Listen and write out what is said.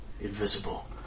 Invisible